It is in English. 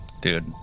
dude